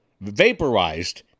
vaporized